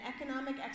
economic